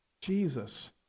Jesus